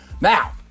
Now